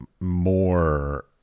more